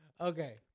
Okay